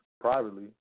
privately